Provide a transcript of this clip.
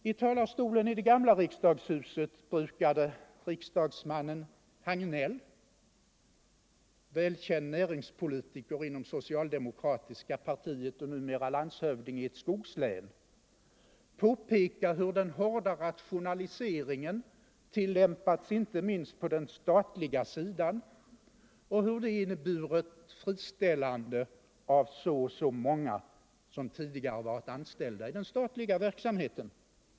I talarstolen i det gamla riksdagshuset brukade riksdagsmannen Hagnell — välkänd näringspolitiker inom det socialdemokratiska partiet och numera landshövding i ett skogslän — påpeka hur den hårda rationaliseringen tillämpats inte minst på den statliga sidan och att den inneburit friställande av så och så många som tidigare varit anställda i den statliga verksamheten.